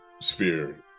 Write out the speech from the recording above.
sphere